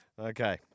Okay